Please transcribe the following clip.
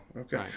okay